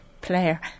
player